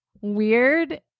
weird